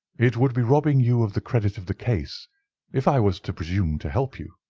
it would be robbing you of the credit of the case if i was to presume to help you,